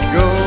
go